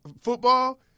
football